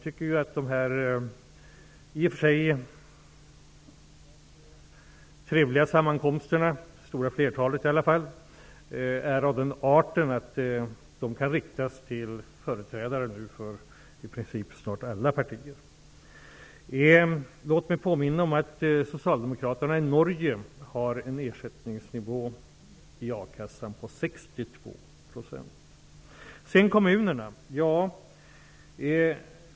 Det stora flertalet av dessa sammankomster är trevliga, men frågorna är av den arten att de kan riktas till företrädare för i princip alla partier. Låt mig påminna om att Socialdemokraterna i Norge har medverkat till en ersättningsnivå i akassan på 62 %. Jag skall också ta upp kommunerna.